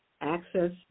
access